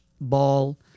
ball